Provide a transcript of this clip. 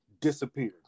disappeared